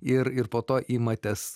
ir ir po to imatės